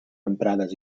emprades